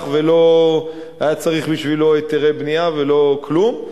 ולא היה צריך בשבילו היתרי בנייה ולא כלום,